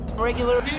Regular